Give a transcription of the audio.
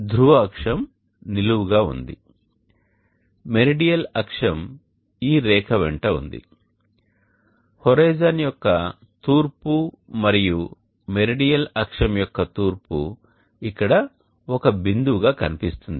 ధ్రువ అక్షం నిలువుగా ఉంది మెరిడియల్ అక్షం ఈ రేఖ వెంట ఉంది హోరిజోన్ యొక్క తూర్పు మరియు మెరిడియల్ అక్షం యొక్క తూర్పు ఇక్కడ ఒక బిందువుగా కనిపిస్తుంది